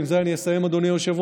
עם זה אני אסיים, אדוני היושב-ראש.